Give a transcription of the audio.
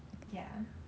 ya